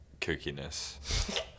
kookiness